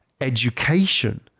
education